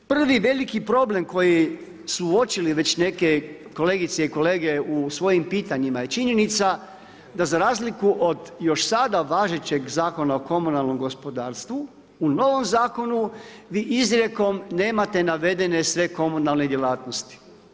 Prvi veliki problem koji su uočili neke kolegice i kolege u svojim pitanjima je činjenica da za razliku od još sada važećeg Zakona o komunalnom gospodarstvu u novom zakon vi izrijekom nemate navedene sve komunalne djelatnosti.